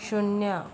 शून्य